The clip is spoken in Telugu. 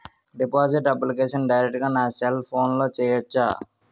డిపాజిట్ అప్లికేషన్ డైరెక్ట్ గా నా సెల్ ఫోన్లో చెయ్యచా?